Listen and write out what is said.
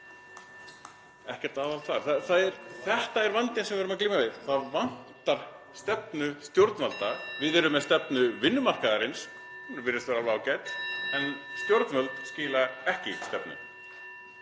Ekkert aðhald þar. Þetta er vandinn sem við erum að glíma við. (Forseti hringir.) Það vantar stefnu stjórnvalda. Við erum með stefnu vinnumarkaðarins, hún virðist vera alveg ágæt, en stjórnvöld skila ekki stefnu.